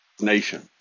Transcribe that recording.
nation